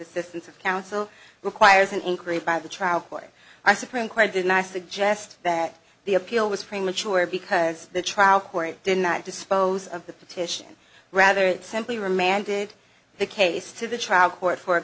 assistance of counsel requires an inquiry by the trial court our supreme court did not suggest that the appeal was premature because the trial court did not dispose of the petition rather it simply remanded the case to the trial court for a